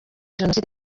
jenoside